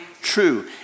true